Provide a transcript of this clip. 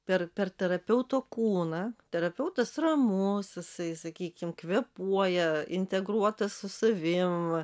per per terapeuto kūną terapeutas ramus jisai sakykim kvėpuoja integruotas su savim